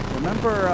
remember